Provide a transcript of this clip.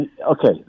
Okay